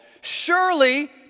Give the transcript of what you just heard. surely